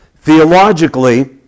Theologically